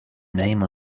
name